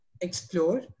explore